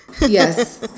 Yes